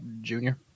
Junior